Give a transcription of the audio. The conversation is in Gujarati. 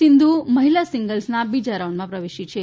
સિંધુ મહિલા સિંગલ્સના બીજા રાઉન્ડમાં પ્રવેશી છે